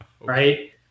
Right